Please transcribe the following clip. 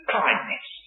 kindness